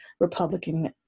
Republican